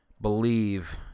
Believe